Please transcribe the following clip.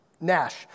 Nash